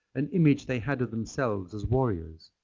an image they had of themselves as warriors.